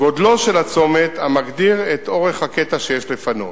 וגודלו של הצומת המגדיר את אורך הקטע שיש לפנות.